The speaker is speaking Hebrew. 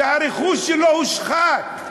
שהרכוש שלו הושחת,